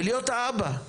ולהיות האבא.